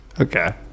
Okay